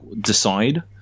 decide